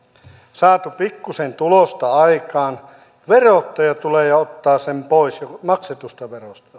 saatu pikkusen tulosta aikaan verottaja tulee ja ottaa sen pois maksetusta